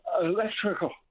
electrical